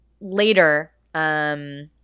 later